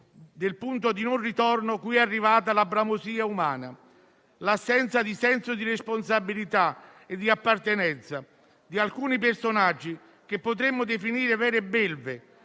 del punto di non ritorno cui sono arrivate la bramosia umana e l'assenza di senso di responsabilità e di appartenenza di alcuni personaggi, che potremmo definire vere belve,